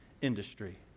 industry